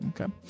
okay